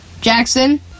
Jackson